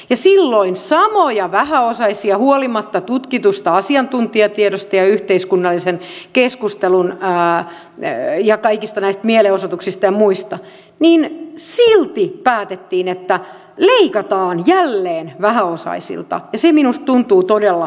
ja huolimatta tutkitusta asiantuntijatiedosta ja yhteiskunnallisesta keskustelusta ja kaikista mielenosoituksista ja muista silti päätettiin että leikataan jälleen vähäosaisilta ja se minusta tuntuu todella erikoiselta